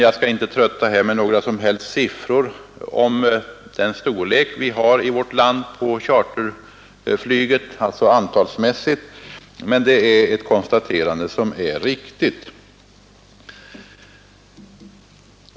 Jag skall inte trötta med några siffror om storleken på vårt charterflyg antalsmässigt, utan upprepar bara att det konstaterandet är riktigt.